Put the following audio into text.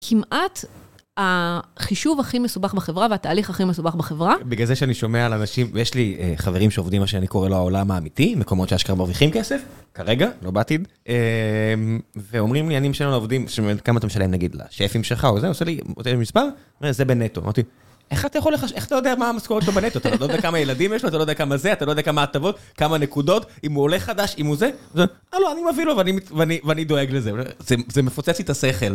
כמעט החישוב הכי מסובך בחברה והתהליך הכי מסובך בחברה. בגלל זה שאני שומע על אנשים, ויש לי חברים שעובדים, מה שאני קורא לו, העולם האמיתי, מקומות שאשכרה מרוויחים כסף. כרגע, לא בעתיד. ואומרים לי, אני משלם לעובדים. כמה אתם משלים, נגיד, לשפים שלך או זה? עושה לי מספר וזה בנטו. אמרתי, איך אתה יודע מה המשכורת שלו בנטו? אתה לא יודע כמה ילדים יש לו, אתה לא יודע כמה זה, אתה לא יודע כמה הטבות, כמה נקודות. אם הוא עולה חדש, אם הוא זה. הוא מביא לו .ואני, ואני, ואני דואג לזה. זה, זה מפוצץ לי את השכל.